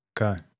Okay